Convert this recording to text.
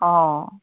অ